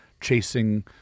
chasing